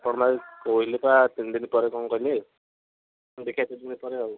ଆପଣ ପା କହିଲେ ପା ତିନିଦିନ ପରେ କ'ଣ କହିଲେ ଦେଖିବା ତିନିଦିନ ପରେ ଆଉ